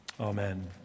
Amen